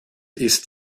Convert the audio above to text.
ist